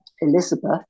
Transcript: Elizabeth